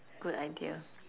good idea